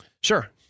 Sure